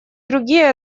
другие